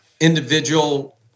individual